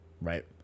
right